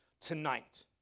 tonight